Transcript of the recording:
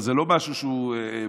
אבל זה לא משהו שהוא משמעותי.